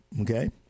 okay